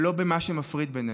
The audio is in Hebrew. ולא במה שמפריד בינינו.